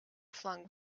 flung